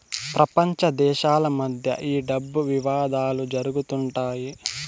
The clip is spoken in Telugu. ప్రపంచ దేశాల మధ్య ఈ డబ్బు వివాదాలు జరుగుతుంటాయి